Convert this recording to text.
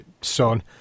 son